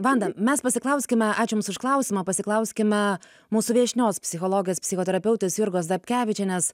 vanda mes pasiklauskime ačiū už klausimą pasiklauskime mūsų viešnios psichologės psichoterapeutės jurgos dapkevičienės